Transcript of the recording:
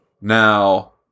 Now